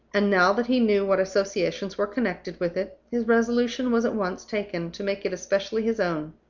and, now that he knew what associations were connected with it, his resolution was at once taken to make it especially his own.